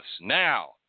now